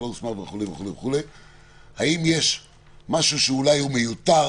שלא הוסמך וכו' האם יש משהו שאולי הוא מיותר